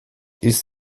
ist